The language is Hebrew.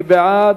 מי בעד?